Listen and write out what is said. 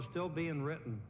is still being written